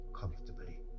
comfortably